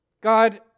God